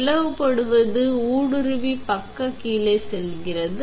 பிளவுபடுவது ஊடுருவி பக்க கீழே கீழே செல்கிறது